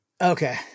Okay